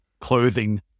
clothing